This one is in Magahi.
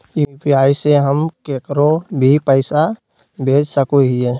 यू.पी.आई से हम केकरो भी पैसा भेज सको हियै?